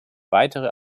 weitere